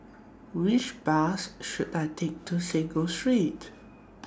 Which Bus should I Take to Sago Street